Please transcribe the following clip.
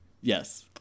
Yes